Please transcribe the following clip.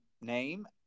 name